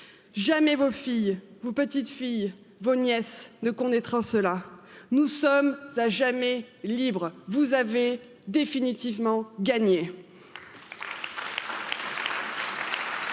jamais vos filles vos petites filles vos nièces ne connaîtront cela sommes à jamais libres vous avez définitivement gagné